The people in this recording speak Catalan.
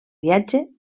viatge